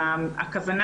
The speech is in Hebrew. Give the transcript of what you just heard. עוד בתקופת הסגר הראשון,